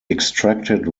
extracted